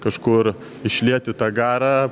kažkur išlieti tą garą